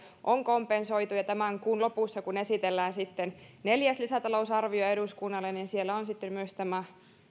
on kompensoitu ja kun tämän kuun lopussa esitellään neljäs lisätalousarvio eduskunnalle niin siellä on myös tämä